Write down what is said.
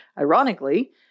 ironically